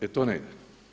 E to ne ide.